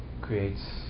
creates